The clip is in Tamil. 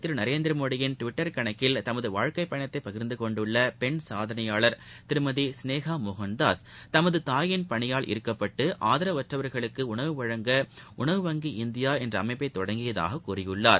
திருநரேந்திரமோடியின் டுவிட்ட் கணக்கில் பிரதமர் தமதுவாழ்க்கைபயணத்தைபகிா்ந்துகொண்டுள்ளபெண் சாதனையாளர்கள் திருமதிசினேகாமோகன்தாஸ் உணவு தமதுதாயின் பணியால் ஈர்க்கப்பட்டுஆதரவற்றவா்களுக்குஉணவு வழங்க வங்கி இந்தியாஎன்றஅமைப்பைதொடங்கியதாககூறியுள்ளார்